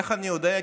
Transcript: איך אני יודע?